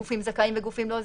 גופים זכאים וגופים לא זכאים.